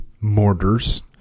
mortars